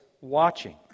watching